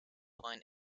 line